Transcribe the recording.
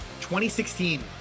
2016